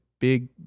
big